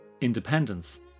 independence